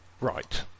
Right